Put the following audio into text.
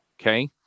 okay